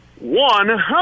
one